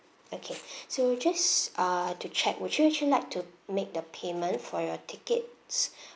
okay so just ah to check would you actually like to make the payment for your tickets